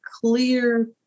clear